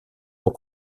pour